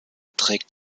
trägt